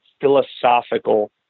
philosophical